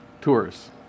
Tourists